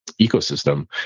ecosystem